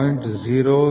001 38